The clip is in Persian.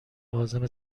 عازم